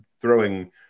throwing